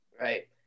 Right